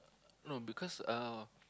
no because uh